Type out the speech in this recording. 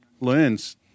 learns